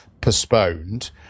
postponed